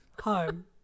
home